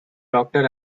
doctor